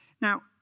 Now